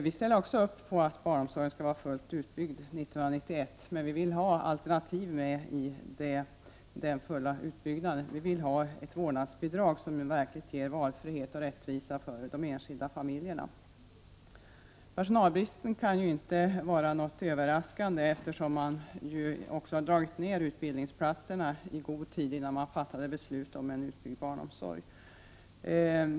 Vi ställer också upp på att barnomsorgen skall vara fullt utbyggd 1991, men vi vill ha alternativen med i den fulla utbyggnaden. Vi vill ha ett vårdnadsbidrag som verkligen ger valfrihet och rättvisa åt de enskilda familjerna. Personalbristen kan inte vara någon överraskning, eftersom utbildningsplatserna drogs ned i god tid, innan beslut fattades om utbyggd barnomsorg.